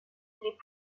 les